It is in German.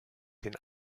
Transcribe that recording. den